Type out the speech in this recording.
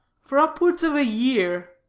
for upwards of a year,